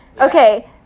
Okay